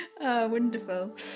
wonderful